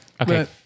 Okay